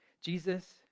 Jesus